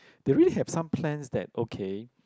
they already have some plans that okay